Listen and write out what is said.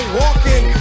walking